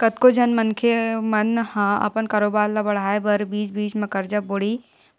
कतको झन मनखे मन ह अपन कारोबार ल बड़हाय बर बीच बीच म करजा बोड़ी